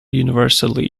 universally